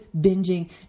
binging